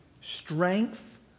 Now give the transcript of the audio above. strength